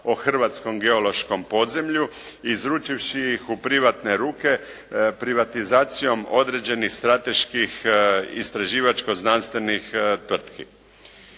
o hrvatskom geološkom podzemlju izručivši ih u privatne ruke privatizacijom određenih strateških i istraživačko znanstvenih tvrtki.